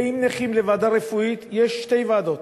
באים נכים לוועדה רפואית, יש שתי ועדות: